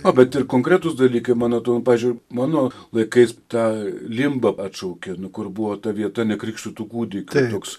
o bet ir konkretūs dalykai mano pavyzdžiui mano laikais tą limbą atšaukė kur buvo ta vieta nekrikštytų kūdikių toks